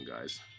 guys